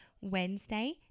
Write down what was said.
Wednesday